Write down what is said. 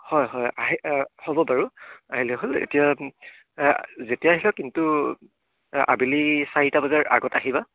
হয় হয় আহি হ'ব বাৰু আহিলে হ'ল এতিয়া যেতিয়া আহিব কিন্তু আবেলি চাৰিটা বজাৰ আগত আহিবা